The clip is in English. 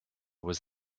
was